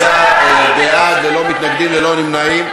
25 בעד, ללא מתנגדים, ללא נמנעים.